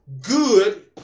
good